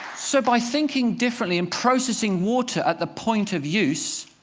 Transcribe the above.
so, by thinking differently, and processing water at the point of use,